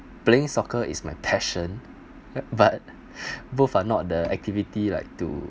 playing soccer is my passion but both are not the activity like to